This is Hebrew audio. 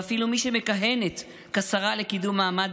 ואפילו מי שמכהנת כשרה לקידום מעמד